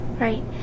Right